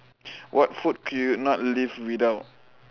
what food could you not live without